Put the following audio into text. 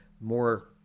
more